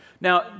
Now